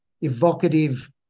evocative